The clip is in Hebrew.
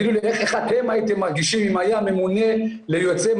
איך אתם הייתם מרגישים אם היה ממונה ליוצאי